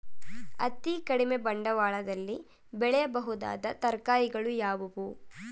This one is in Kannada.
ಅತೀ ಕಡಿಮೆ ಬಂಡವಾಳದಲ್ಲಿ ಬೆಳೆಯಬಹುದಾದ ತರಕಾರಿಗಳು ಯಾವುವು?